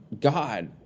God